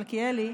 מלכיאלי,